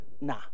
nah